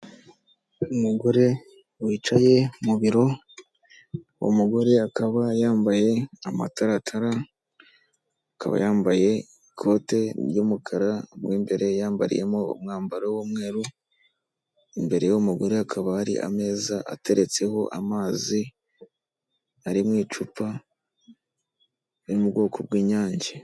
Umugore wicaye mu biro , umugore akaba yambaye amataratara, akaba yambaye ikote ry'umukara mu imbere yambariyemo umwambaro w'umweru, imbere yu mugore hakaba hari ameza ateretseho amazi ari mwicupa riri mubwoko bw'inyange.